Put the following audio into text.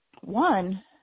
One